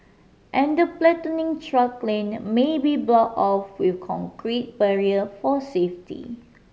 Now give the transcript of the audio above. and the platooning truck lane may be blocked off with concrete barrier for safety